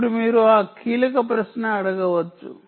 ఇప్పుడు మీరు ఆ కీలక ప్రశ్న అడగవచ్చు